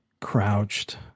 crouched